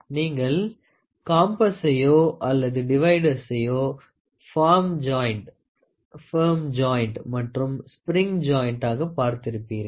நீங்கள் காம்பஸ்சையோ அல்லது டிவைடர்சிய பார்ம் ஜய்ண்ட் மற்றும் ஸ்ப்ரிங் ஜய்ண்ட்டாக பார்த்திருப்பீர்கள்